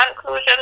conclusion